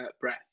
breath